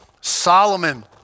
Solomon